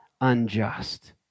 unjust